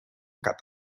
cap